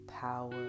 power